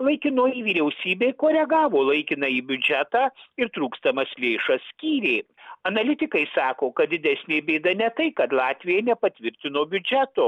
laikinoji vyriausybė koregavo laikinąjį biudžetą ir trūkstamas lėšas skyrė analitikai sako kad didesnė bėda ne tai kad latvija nepatvirtino biudžeto